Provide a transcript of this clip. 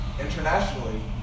internationally